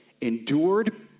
endured